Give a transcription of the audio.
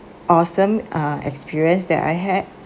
awesome uh experience that I had